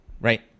right